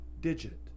Digit